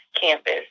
campus